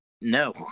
no